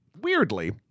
weirdly